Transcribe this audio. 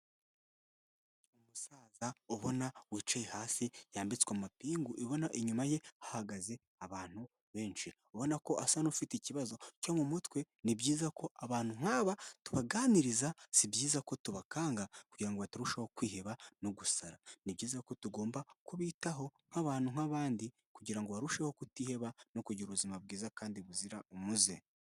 Umusaza ubona wicaye hasi yambitswe amapingu, ubona inyuma ye hahagaze abantu benshi, ubona ko asa n'ufite ikibazo cyo mu mutwe, ni byiza ko abantu nk'aba tubaganiriza si byiza ko tubakanga, kugirango ngo batarushaho kwiheba no gusara, ni byiza ko tugomba kubitaho nk'abantu nka'abandi, kugirango ngo barusheho kutiheba no kugira ubuzima bwiza kandi buzira umuze.